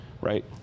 right